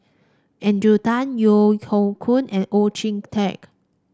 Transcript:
Adrian Tan Yeo Hoe Koon and Oon Jin Teik